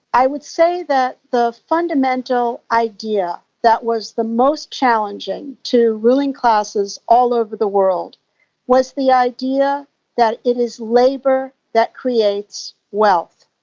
i would say that the fundamental idea that was the most challenging to ruling classes all over the world was the idea that it is labour that creates wealth.